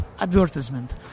advertisement